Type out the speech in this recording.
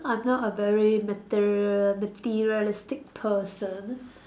I'm not a very material materialistic person